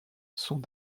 sont